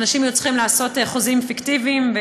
אנשים היו צריכים לעשות חוזים פיקטיביים,